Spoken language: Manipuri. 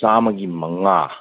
ꯆꯥꯝꯃꯒꯤ ꯃꯉꯥ